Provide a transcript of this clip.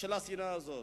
השנאה הזאת.